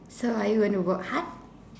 so are you going to work hard